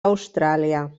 austràlia